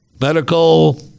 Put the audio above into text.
medical